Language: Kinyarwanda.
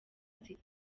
sita